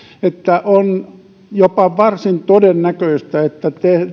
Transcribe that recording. että on jopa varsin todennäköistä että